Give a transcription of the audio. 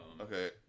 Okay